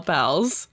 Pals